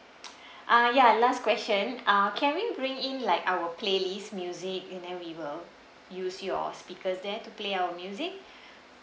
uh ya last question uh can we bring in like our playlist music and then we will use your speakers there to play our music